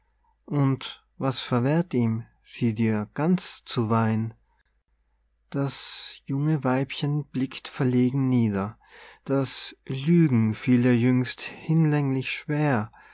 und was verwehrt ihm sie dir ganz zu weihn das junge weibchen blickt verlegen nieder das lügen fiel ihr jüngst hinlänglich schwer